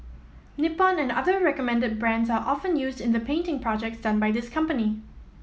Nippon and other recommended brands are often used in the painting projects done by this company